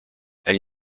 elle